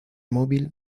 móvil